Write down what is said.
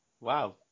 Wow